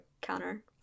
counter